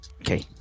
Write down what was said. Okay